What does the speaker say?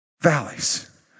valleys